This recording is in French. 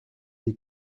des